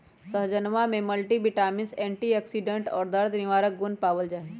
सहजनवा में multivitamins antioxidant और दर्द निवारक गुण पावल जाहई